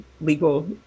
legal